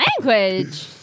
Language